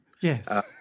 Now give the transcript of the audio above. Yes